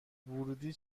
ورودی